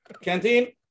Canteen